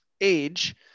age